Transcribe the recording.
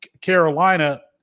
Carolina